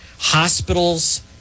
Hospitals